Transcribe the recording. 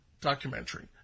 documentary